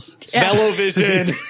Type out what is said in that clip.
Smell-o-vision